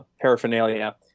paraphernalia